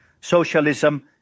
socialism